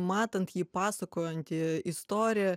matant jį pasakojantį istoriją